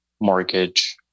mortgage